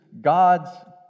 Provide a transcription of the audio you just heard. God's